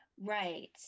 right